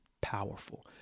powerful